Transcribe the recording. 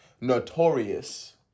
notorious